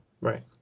Right